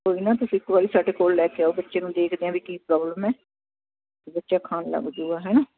ਕੋਈ ਨਾ ਤੁਸੀਂ ਇੱਕ ਵਾਰ ਸਾਡੇ ਕੋਲ ਲੈ ਕੇ ਆਓ ਬੱਚੇ ਨੂੰ ਦੇਖਦੇ ਹਾਂ ਵੀ ਕੀ ਪ੍ਰੋਬਲਮ ਹੈ ਵੀ ਬੱਚਾ ਖਾਣ ਲੱਗ ਜਾਊਗਾ ਹੈ ਨਾ